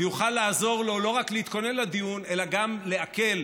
ויוכל לעזור לו לא רק להתכונן לדיון אלא גם לעכל,